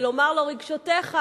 ולומר לו: רגשותיך,